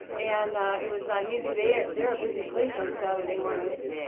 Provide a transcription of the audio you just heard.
and it was not easy. they are they are a business place on saturday mornings.